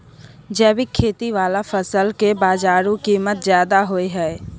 जैविक खेती वाला फसल के बाजारू कीमत ज्यादा होय हय